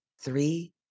three